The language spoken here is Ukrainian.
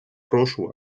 прошу